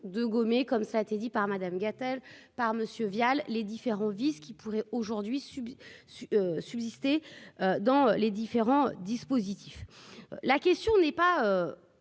de gommer comme ça a été dit par Madame Gatel par Monsieur Vial les différents vices qui pourraient aujourd'hui subit ce subsister dans les différents dispositifs, la question n'est pas